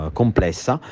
complessa